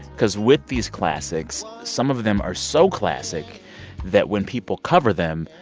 cause with these classics, some of them are so classic that when people cover them,